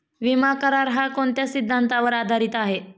विमा करार, हा कोणत्या सिद्धांतावर आधारीत आहे?